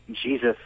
Jesus